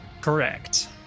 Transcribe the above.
Correct